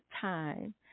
time